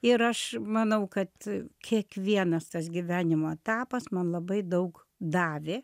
ir aš manau kad kiekvienas tas gyvenimo etapas man labai daug davė